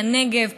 מהנגב,